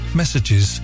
messages